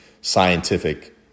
scientific